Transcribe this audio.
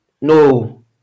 No